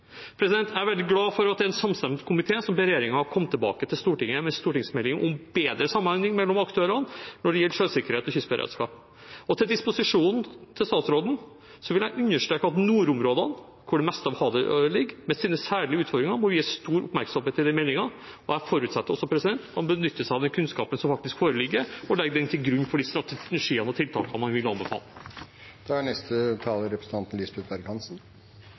Jeg er veldig glad for at det er en samstemt komité som ber regjeringen komme tilbake til Stortinget med en stortingsmelding om bedre samhandling mellom aktørene når det gjelder sjøsikkerhet og kystberedskap. Når det gjelder statsrådens disposisjon, vil jeg understreke at nordområdene, hvor det meste av havet ligger, med sine særlige utfordringer må vies stor oppmerksomhet i den meldingen. Jeg forutsetter også at man benytter seg av den kunnskapen som faktisk foreligger, og legger den til grunn for de strategiene og tiltakene man vil anbefale. Det var replikkordvekslingen mellom representanten